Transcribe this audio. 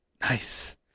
Nice